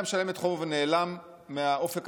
אם היה משלם את חובו ונעלם מהאופק הציבורי,